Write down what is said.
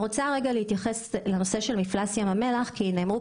נושא מפלס ים המלח: היום